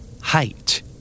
Height